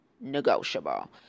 negotiable